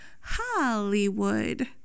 Hollywood